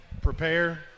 prepare